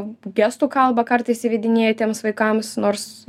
gestų kalbą kartais įvedinėja tiems vaikams nors